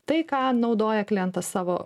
tai ką naudoja klientas savo